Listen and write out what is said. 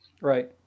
right